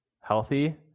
healthy